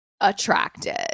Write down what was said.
attracted